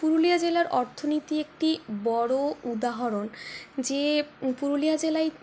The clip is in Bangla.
পুরুলিয়া জেলার অর্থনীতি একটি বড় উদাহরণ যে পুরুলিয়া জেলাই